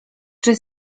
czy